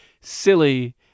silly